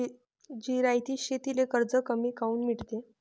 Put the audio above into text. जिरायती शेतीले कर्ज कमी काऊन मिळते?